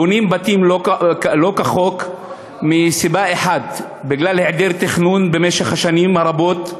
בונים בתים שלא כחוק מסיבה אחת: בגלל היעדר תכנון במשך שנים רבות,